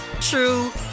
true